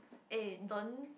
eh don't